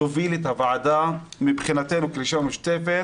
תוביל את הוועדה מבחינתנו כרשימה המשותפת